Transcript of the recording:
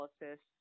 analysis